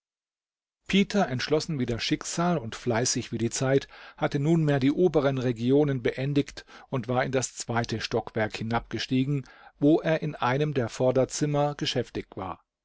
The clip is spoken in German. peter entschlossen wie das schicksal und fleißig wie die zeit hatte nunmehr die oberen regionen beendigt und war in das zweite stockwerk hinab gestiegen wo er in einem der vorderzimmer geschäftig war